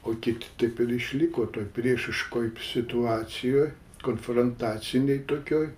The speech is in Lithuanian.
o kiti taip ir išliko toj priešiškoj situacijoj konfrontacinėj tokioj